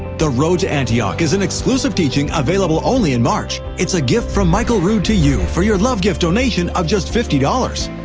the road to antioch is an exclusive teaching available only in march. it's a gift from michael rood to you for your love gift donation of just fifty dollars.